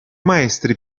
maestri